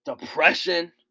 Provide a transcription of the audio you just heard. depression